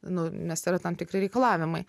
nu nes yra tam tikri reikalavimai